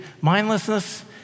mindlessness